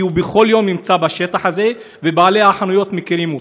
כי הוא בכל יום נמצא בשטח הזה ובעלי החנויות מכירים אותו.